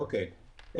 אוקיי.